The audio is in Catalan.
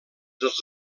dels